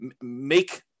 make